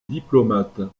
diplomate